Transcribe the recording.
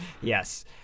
Yes